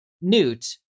Newt